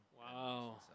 Wow